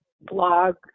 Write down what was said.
blog